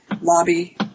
lobby